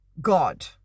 God